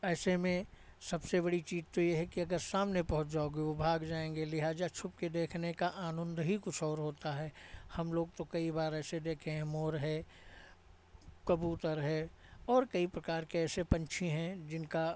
ऐसे में सबसे बड़ी चीज़ तो ये है कि अगर सामने पहुँच जाओगे वो भाग जाएँगे लिहाज़ा छुप के देखने का आनंद ही कुछ और होता है हम लोग तो कई बार ऐसे देखे हैं मोर है कबूतर है और कई प्रकार के ऐसे पंछी हैं जिनका